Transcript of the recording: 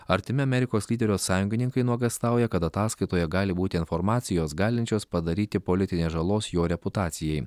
artimi amerikos lyderio sąjungininkai nuogąstauja kad ataskaitoje gali būti informacijos galinčios padaryti politinės žalos jo reputacijai